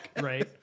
right